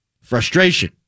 Frustration